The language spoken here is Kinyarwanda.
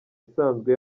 isanzwe